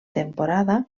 temporada